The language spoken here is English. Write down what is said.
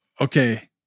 Okay